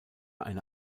eine